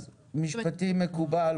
אז משפטים מקובל,